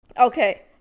Okay